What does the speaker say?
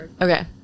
okay